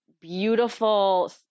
beautiful